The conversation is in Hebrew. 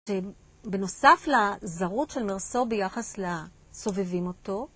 בנוסף לזרות של מרסו ביחס לסובבים אותו